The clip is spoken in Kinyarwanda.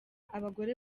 abagore